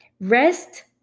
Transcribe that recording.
Rest